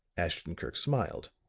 ashton-kirk smiled.